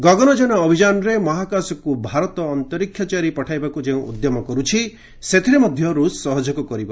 ଗଗନଯାନ ଅଭିଯାନରେ ମହାକାଶକୁ ଭାରତ ଅନ୍ତରୀକ୍ଷଚାରୀ ପଠାଇବାକୁ ଯେଉଁ ଉଦ୍ୟମ କରୁଛି ସେଥିରେ ରୁଷ ସହଯୋଗ କରିବ